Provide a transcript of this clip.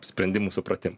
sprendimų supratimą